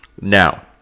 Now